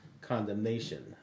condemnation